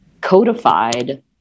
codified